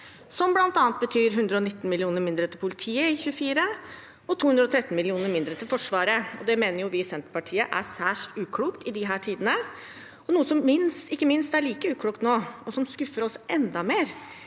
Det betyr bl.a. 119 mill. kr mindre til politiet i 2024 og 213 mill. kr mindre til Forsvaret. Det mener vi i Senterpartiet er særs uklokt i disse tider. Noe som ikke minst er like uklokt nå, og som skuffer oss enda mer,